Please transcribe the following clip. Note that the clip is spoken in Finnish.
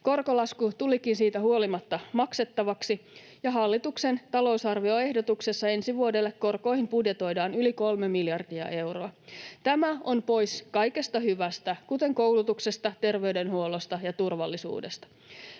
Korkolasku tulikin siitä huolimatta maksettavaksi, ja hallituksen talousarvioehdotuksessa ensi vuodelle korkoihin budjetoidaan yli kolme miljardia euroa. Tämä on pois kaikesta hyvästä, kuten koulutuksesta, terveydenhuollosta ja turvallisuudesta.